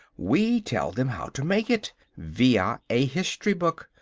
we tell them how to make it via a history book.